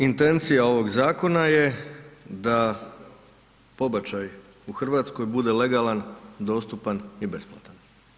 Intencija ovog zakona je da pobačaj u Hrvatskoj bude legalan, dostupan i besplatan.